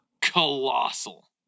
Colossal